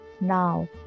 now